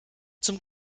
zum